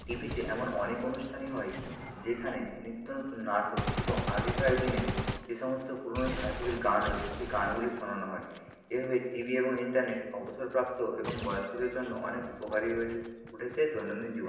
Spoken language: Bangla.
টিভিতে এমন অনেক অনুষ্ঠানই হয় যেখানে নিত্য নতুন নাটক এবং আগেকার দিনের যে সমস্ত পুরনো ছায়াছবির গান রয়েছে সেই গানগুলি শোনানো হয় এভাবেই টিভি এবং ইন্টারনেট অবসরপ্রাপ্ত এবং বয়স্কদের জন্য অনেক উপকারী হয়ে ওঠে উঠেছে দৈনন্দিন জীবন